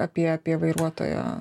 apie apie vairuotojo